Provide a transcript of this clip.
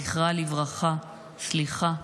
זכרה לברכה, סליחה,